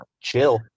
Chill